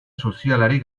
sozialari